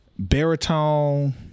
Baritone